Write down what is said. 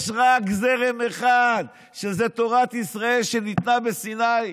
יש רק זרם אחד: תורת ישראל שניתנה בסיני,